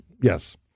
Yes